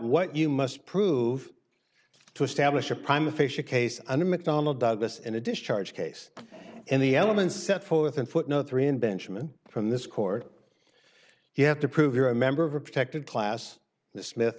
what you must prove to establish a prime official case and mcdonnell douglas in a discharge case and the elements set forth in footnote three in benjamin from this court you have to prove you're a member of a protected class the smith